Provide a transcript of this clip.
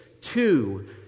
two